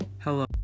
Hello